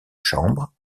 chambre